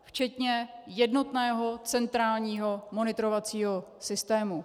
Včetně jednotného centrálního monitorovacího systému.